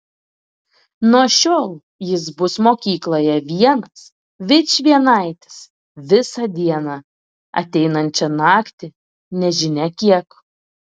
nuo šiol jis bus mokykloje vienas vičvienaitis visą dieną ateinančią naktį nežinia kiek